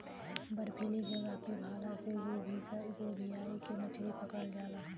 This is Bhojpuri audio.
बर्फीली जगह पे भाला से गोभीयाई के मछरी पकड़ल जाला